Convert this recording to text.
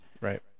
Right